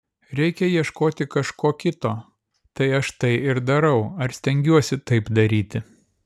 reikia ieškoti kažko kito tai aš tai ir darau ar steigiuosi taip daryti